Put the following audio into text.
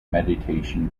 meditation